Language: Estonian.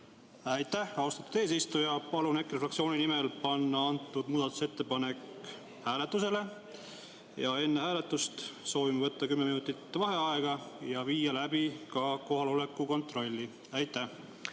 Aitäh, austatud eesistuja! Palun EKRE fraktsiooni nimel panna antud muudatusettepanek hääletusele. Enne hääletust soovin võtta kümme minutit vaheaega ja viia läbi ka kohaloleku kontrolli. Selge.